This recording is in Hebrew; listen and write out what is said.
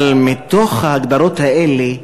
אבל מתוך ההגדרות האלה,